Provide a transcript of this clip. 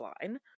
line